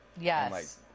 Yes